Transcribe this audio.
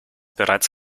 bereits